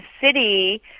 city